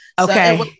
Okay